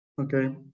Okay